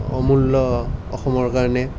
অমূল্য অসমৰ কাৰণে